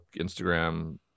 Instagram